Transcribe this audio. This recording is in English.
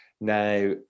Now